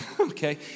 okay